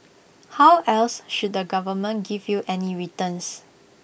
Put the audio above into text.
how else should the government give you any returns